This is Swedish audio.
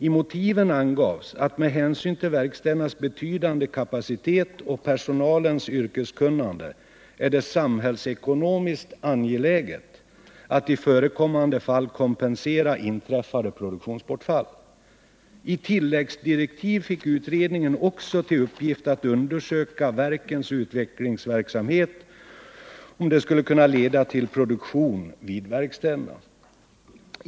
I motiven angavs att det med hänsyn till verkstädernas betydande kapacitet och personalens yrkeskunnan de är samhällsekonomiskt angeläget att i förekommande fall kompensera inträffade produktionsbortfall. I tilläggsdirektiv fick utredningen också till uppgift att undersöka om verkens utvecklingsverksamhet skulle kunna leda till produktion vid verkstäderna.